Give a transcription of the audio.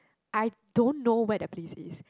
I don't know where that place is